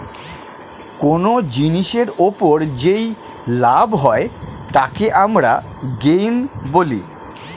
কোন জিনিসের ওপর যেই লাভ হয় তাকে আমরা গেইন বলি